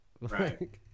Right